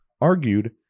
argued